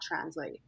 translate